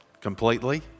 completely